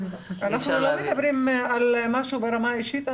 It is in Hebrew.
אנחנו לא מדברים על משהו ברמה האישית.